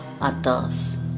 others